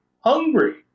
hungry